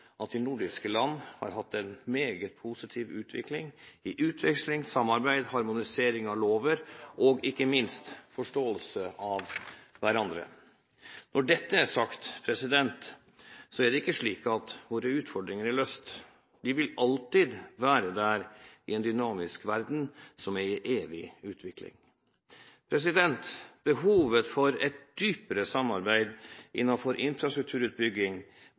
at de nordiske land har hatt en meget positiv utvikling når det gjelder utveksling, samarbeid, harmonisering av lover og ikke minst forståelse av hverandre. Når dette er sagt, er det ikke slik at våre utfordringer er løst. De vil alltid være der, i en dynamisk verden som er i evig utvikling. Behovet for et dypere samarbeid innenfor infrastrukturutbygging,